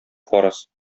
фарыз